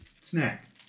snack